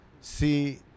see